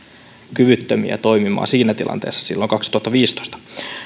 kyvyttömiä toimimaan siinä tilanteessa silloin kaksituhattaviisitoista